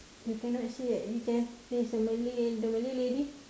you cannot see ah you can there is a malay the malay lady